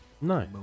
No